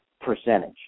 percentage